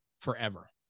forever